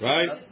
Right